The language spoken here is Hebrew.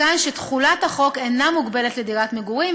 מכאן שתחולת החוק אינה מוגבלת לדירת מגורים,